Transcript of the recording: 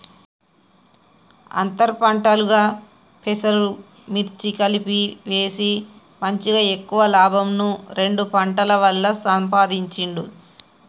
అంతర్ పంటలుగా పెసలు, మిర్చి కలిపి వేసి మంచిగ ఎక్కువ లాభంను రెండు పంటల వల్ల సంపాధించిండు